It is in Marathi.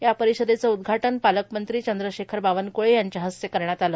या परिषदेचे उद्घाटन पालकमंत्री चंद्रशेखर बावनक्ळे यांच्या हस्ते करण्यात आलं